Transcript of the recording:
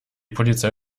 polizei